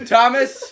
Thomas